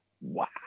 Wow